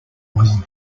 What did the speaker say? was